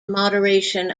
moderation